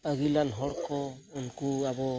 ᱟᱹᱜᱤᱞᱟᱱ ᱦᱚᱲ ᱠᱚ ᱩᱱᱠᱩ ᱟᱵᱚ